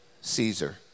Caesar